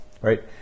right